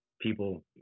people